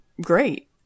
great